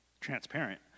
transparent